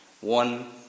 one